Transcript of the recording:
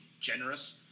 generous